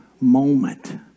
moment